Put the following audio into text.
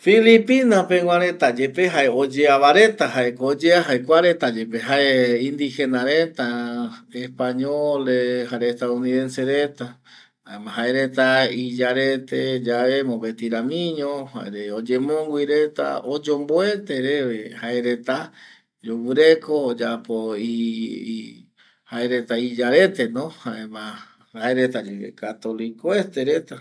Filipina pegua reta jaeko oyeava reta yepe kua reta yepe kua reta yepe jae indigena reta, españole jare estado uniddense reta jaereta iyarete yae mopeti ramiño jare oyemongui reta oyomboete reve jaereta yoguɨreko oyapo jaereta iyareteno jaema jereta yepe katolikoete reta